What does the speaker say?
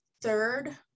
third